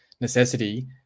necessity